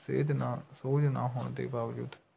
ਸੇਧ ਨਾ ਸੋਝ ਨਾ ਹੋਣ ਦੇ ਬਾਵਜੂਦ